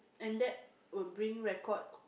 and that will bring record